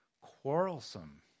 quarrelsome